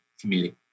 community